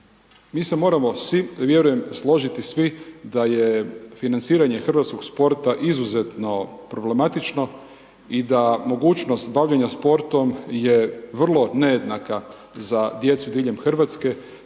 mi se moramo vjerujem složiti svi da je financiranje hrvatskog sporta izuzetno problematično i da mogućnost bavljenja sportom je vrlo nejednaka za djecu diljem Hrvatske,